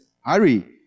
hurry